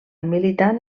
militant